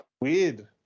weird